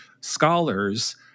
scholars